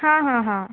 हा हा हा